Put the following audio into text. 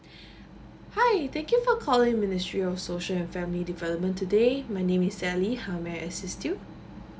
hi thank you for calling ministry of social family development today my name is sally how may I assist you